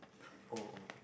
oh oh